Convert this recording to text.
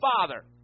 Father